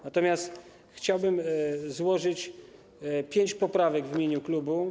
Natomiast chciałbym złożyć pięć poprawek w imieniu klubu.